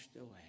away